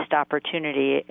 opportunity